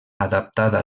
adaptada